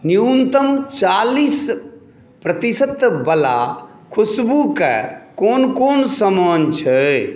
न्यूनतम चालीस प्रतिशतबला खुशबुके कोन कोन सामानसभ छै